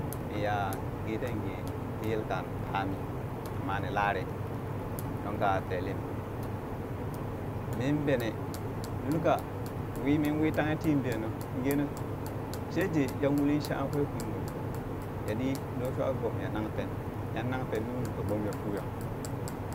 Miya gee tee gee tii yelkan ta min ni mani laree nunka telem min benee lulka wimmin min wii tanghe tiin vee nuu mii genii sheje ya uli shankwee kwin gong ya ɗii loshuwa gom ya naŋ pen yan nang pennun, ka gbomeya fuuya.